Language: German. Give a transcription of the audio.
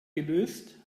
gelöst